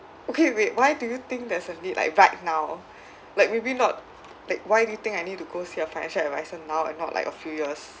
okay wait why do you think there's a need like right now like maybe not like why do you think I need to go see a financial advisor now and not like a few years